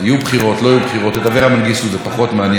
את אברה מנגיסטו זה פחות מעניין אנחנו נזכה